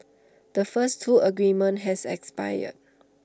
the first two agreements has expired